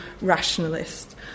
rationalist